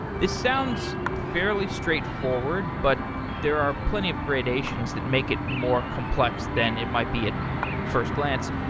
this sounds fairly straightforward, but there are plenty of gradations that make it more complex than it might be at first glance.